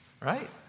Right